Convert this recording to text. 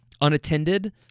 unattended